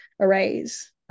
arrays